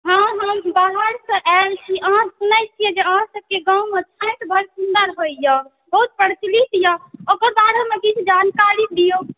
हँ हम बाहरसँ आएल छी अहाँ सुनै छियै जे अहाँ सबके गाँवमे छठि बड़ सुन्दर होइया बहुत प्रचलित यऽ ओहि के बारेमे किछु जानकारी दिऔ